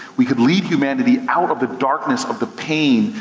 we could lead humanity out of the darkness of the pain,